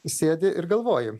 sėdi ir galvoji